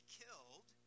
killed